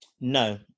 No